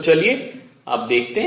तो चलिए अब देखते हैं